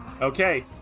Okay